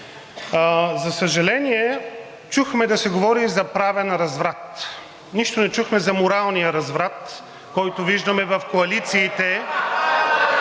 За съжаление, чухме да се говори и за правен разврат. Нищо не чухме за моралния разврат (смях и реплики), който виждаме в коалициите,